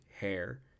hair